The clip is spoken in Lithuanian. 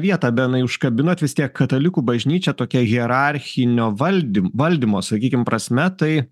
vietą benai užkabinot vis tiek katalikų bažnyčia tokia hierarchinio valdym valdymo sakykim prasme tai